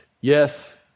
Yes